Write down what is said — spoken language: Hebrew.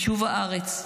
יישוב הארץ,